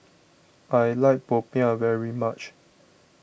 I like Popiah very much